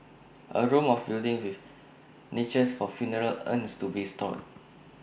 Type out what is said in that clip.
A room or building with niches for funeral urns to be stored